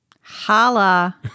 Holla